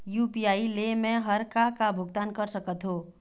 UPI ले मे हर का का भुगतान कर सकत हो?